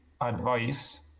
advice